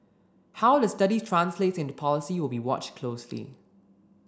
how the study translates into policy will be watched closely